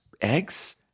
eggs